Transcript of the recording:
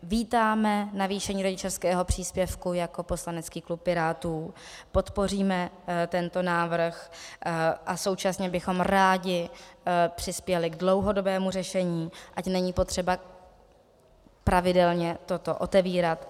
Vítáme navýšení rodičovského příspěvku jako poslanecký klub Pirátů, podpoříme tento návrh a současně bychom rádi přispěli k dlouhodobému řešení, ať není potřeba pravidelně toto otevírat.